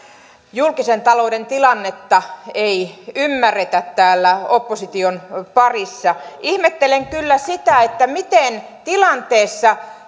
julkisen talouden tilannetta ei ymmärretä täällä opposition parissa ihmettelen kyllä sitä miten tilanteessa